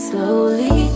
Slowly